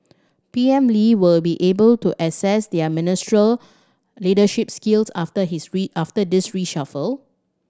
P M Lee will be able to assess their ministerial leadership skills after his after this reshuffle